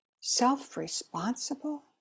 self-responsible